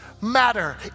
matter